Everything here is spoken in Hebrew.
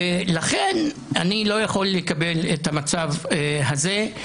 ולכן אני לא יכול לקבל את המצב הזה.